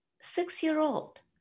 Six-year-old